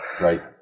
Right